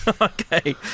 Okay